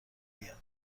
میاد